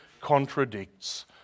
contradicts